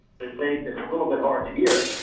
the tape is a little bit hard to hear.